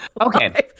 Okay